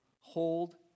hold